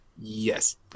Yes